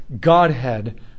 Godhead